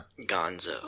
Gonzo